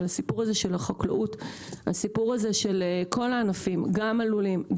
הסיפור הזה של החקלאות ושל כל הענפים גם הלולים,